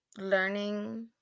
learning